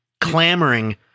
clamoring